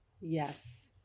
Yes